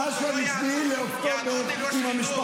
ככה זה שרוצים ג'ובים, זה פופוליזם, זה הסתה.